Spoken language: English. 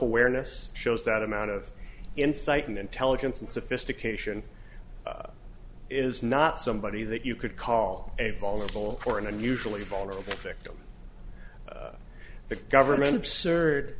awareness shows that amount of insight and intelligence and sophistication is not somebody that you could call a vulnerable or an unusually vulnerable victim the government absurd